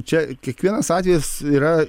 čia kiekvienas atvejis yra